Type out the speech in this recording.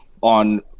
on